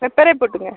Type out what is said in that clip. பெப்பரே போட்டுக்கங்க